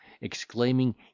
exclaiming